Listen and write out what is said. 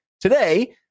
Today